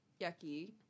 yucky